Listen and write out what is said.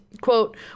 quote